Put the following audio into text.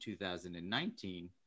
2019